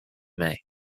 may